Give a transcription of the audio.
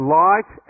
light